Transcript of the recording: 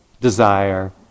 desire